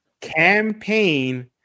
Campaign